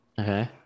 Okay